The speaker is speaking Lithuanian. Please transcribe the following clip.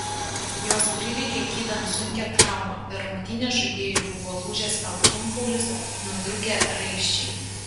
jos prireikė gydant sunkią traumą per rungtynes žaidėjui buvo lūžęs alkūnkaulis nutrūkę raiščiai